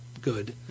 good